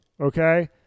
okay